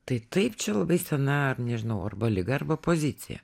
tai taip čia labai sena ar nežinau arba liga arba pozicija